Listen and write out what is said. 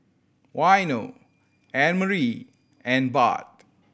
Waino Annemarie and Bart